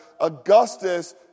Augustus